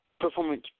performance